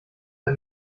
der